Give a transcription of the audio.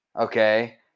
Okay